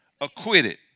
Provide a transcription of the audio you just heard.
acquitted